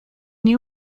knew